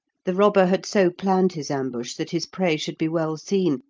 the robber had so planned his ambush that his prey should be well seen,